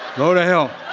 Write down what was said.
go to hell.